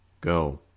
Go